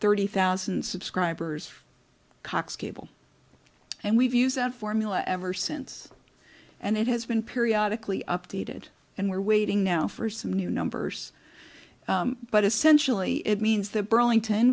thirty thousand subscribers cox cable and we've used that formula ever since and it has been periodic lee updated and we're waiting now for some new numbers but essentially it means that burlington